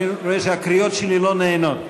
אני רואה שהקריאות שלי לא נענות.